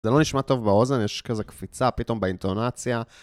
זה לא נשמע טוב באוזן, יש כזה קפיצה פתאום באינטונציה.